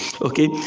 okay